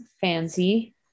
fancy